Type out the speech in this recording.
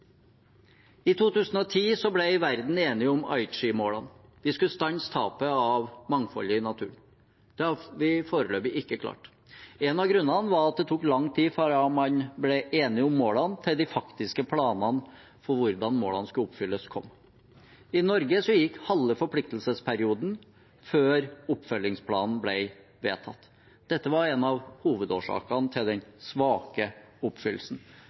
I 2010 ble verden enige om Aichi-målene. Vi skulle stanse tapet av mangfoldet i naturen. Det har vi foreløpig ikke klart. En av grunnene var at det tok lang tid fra man ble enige om målene, til de faktiske planene for hvordan målene skulle oppfylles, kom. I Norge gikk halve forpliktelsesperioden før oppfølgingsplanen ble vedtatt. Dette var en av hovedårsakene til den svake oppfyllelsen.